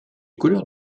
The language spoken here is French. couleurs